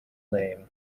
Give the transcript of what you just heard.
name